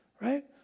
right